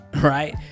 Right